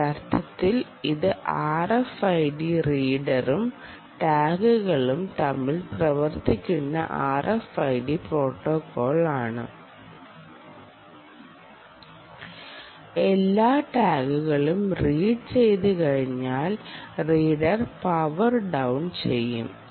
ഒരർത്ഥത്തിൽ ഇത് RFID റീഡറും ടാഗുകളും തമ്മിൽ പ്രവർത്തിക്കുന്ന RFID പ്രോട്ടോക്കോൾ ആണ് എല്ലാ ടാഗുകളും റീഡ് ചെയ്തു കഴിഞ്ഞാൽ റീഡർ പവർ ഡൌൺ ചെയ്യും